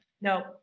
no